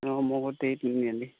অঁ মকটাৰী তিনি আলি